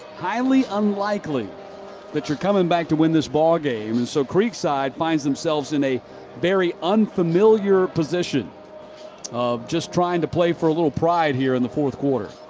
highly unlikely that you're coming back to win the ball game. and so creekside finds themselves in a very unfamiliar position of just trying to play for a little pride here in the fourth quarter.